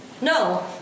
No